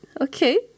Okay